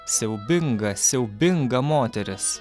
siaubinga siaubinga moteris